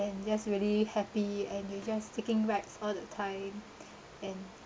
and just really happy and you just taking rides all the time and